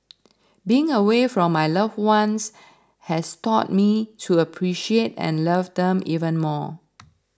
being away from my loved ones has taught me to appreciate and love them even more